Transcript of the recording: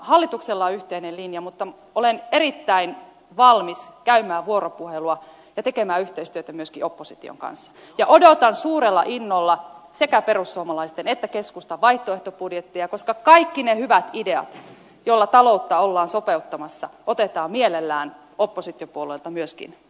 hallituksella on yhteinen linja mutta olen erittäin valmis käymään vuoropuhelua ja tekemään yhteistyötä myöskin opposition kanssa ja odotan suurella innolla sekä perussuomalaisten että keskustan vaihtoehtobudjetteja koska kaikki ne hyvät ideat joilla taloutta ollaan sopeuttamassa otetaan mielellään oppositiopuolueilta myöskin vastaan